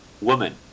Woman